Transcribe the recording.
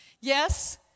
Yes